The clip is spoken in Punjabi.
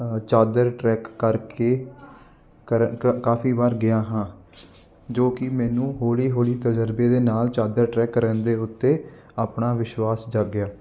ਚਾਦਰ ਟਰੈਕ ਕਰਕੇ ਕਾਫ਼ੀ ਵਾਰ ਗਿਆ ਹਾਂ ਜੋ ਕਿ ਮੈਨੂੰ ਹੌਲੀ ਹੌਲੀ ਤਜ਼ਰਬੇ ਦੇ ਨਾਲ ਚਾਦਰ ਟਰੈਕ ਕਰਨ ਦੇ ਉੱਤੇ ਆਪਣਾ ਵਿਸ਼ਵਾਸ ਜਾਗਿਆ